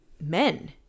men